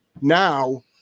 Now